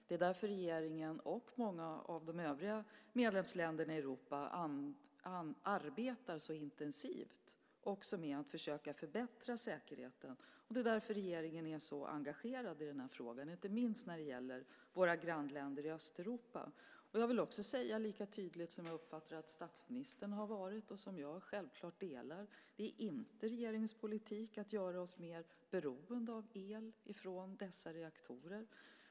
Det är därför regeringen och många av de övriga medlemsländerna i Europa arbetar så intensivt för att försöka förbättra säkerheten. Därför är regeringen så engagerad i frågan. Inte minst gäller det våra grannländer i Östeuropa. Låt mig också vara lika tydlig som jag uppfattar att statsministern varit - och som jag självklart delar - och säga att det inte är regeringens politik att göra oss mer beroende av el från dessa reaktorer.